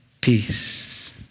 peace